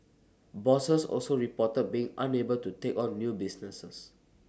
bosses also reported being unable to take on new businesses